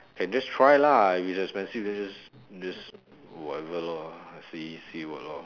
can just try lah if it's expensive then just just whatever lor see see what lor